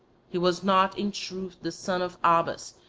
he was not in truth the son of abas,